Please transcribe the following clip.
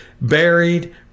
buried